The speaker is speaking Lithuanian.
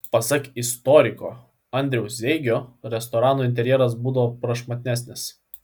pasak istoriko andriaus zeigio restoranų interjeras būdavo prašmatnesnis